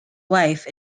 wife